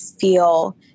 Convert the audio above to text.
feel